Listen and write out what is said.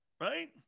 Right